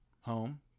home